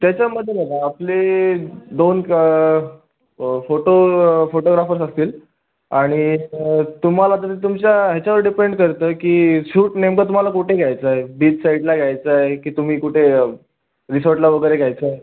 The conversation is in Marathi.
त्याच्यामध्ये बघा आपले दोन क फोटो फोटोग्राफर्स असतील आणि तुम्हाला तुम्ही तुमच्या ह्याच्यावर डिपेंड करतं की शूट नेमकं तुम्हाला कोठे घ्यायचं आहे बीच साईडला घ्यायचं आहे की तुम्ही कुठे रिसॉर्टला वगैरे घ्यायचं आहे